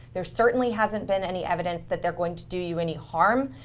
there certainly hasn't been any evidence that they're going to do you any harm.